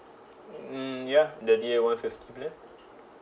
mm ya the D A one fifty plan